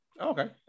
Okay